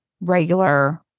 regular